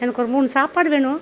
எனக்கு ஒரு மூணு சாப்பாடு வேணும்